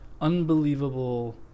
unbelievable